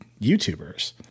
YouTubers